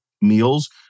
meals